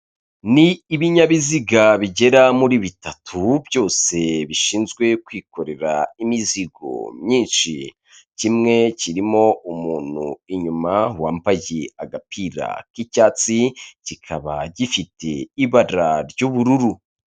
Ni ibinyabiziga bigera muri bitatu, byose bishinzwe kwikorera imizigo myinshi, kimwe kirimo umuntu inyuma wambaye agapira k'icyatsi, kikaba gifite ibara ry'ubururu.